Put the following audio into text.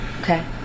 Okay